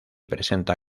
presenta